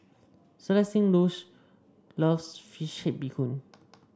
Celestine loves fish Bee Hoon